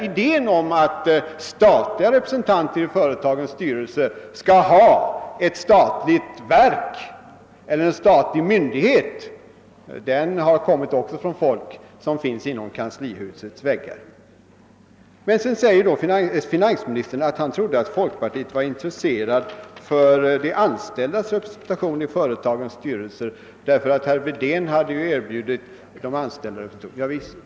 Idén att statliga representanter i företagens styrelse skall ha en statlig myndighet har också väckts av folk som finns inom kanslihusets väggar. Men sedan sade finansministern att han trodde att folkpartiet var intresserat av de anställdas representation i företagens styrelser, eftersom herr Wedén hade erbjudit de anställda representation. Javisst!